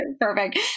Perfect